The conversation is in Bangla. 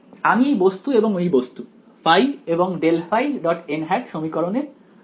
আমি এই বস্তু এবং এই বস্তু ϕ এবং ∇ϕ সমীকরণে বদলে বসাবো